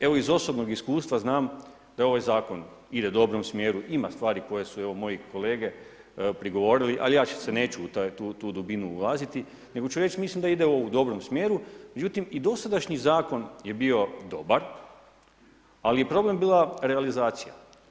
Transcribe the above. Evo iz osobnog iskustva znam da ovaj zakon ide u dobrom smjeru, ima stvari koje su moje kolege prigovorili, ali ja se neću ulaziti u tu dubinu, nego ću reći mislim da ide u dobrom smjeru, međutim i dosadašnji zakon je bio dobar, ali je problem bila realizacija.